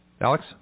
alex